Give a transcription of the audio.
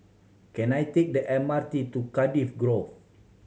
can I take the M R T to Cardiff Grove